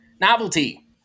Novelty